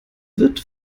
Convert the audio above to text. wird